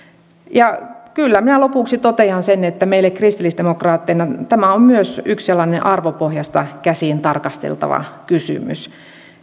kyllä minä lopuksi totean sen että meille kristillisdemokraatteina tämä on myös yksi sellainen arvopohjasta käsin tarkasteltava kysymys